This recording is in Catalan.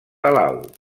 palau